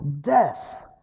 death